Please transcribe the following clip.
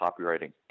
Copywriting